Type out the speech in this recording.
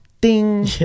ding